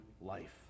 life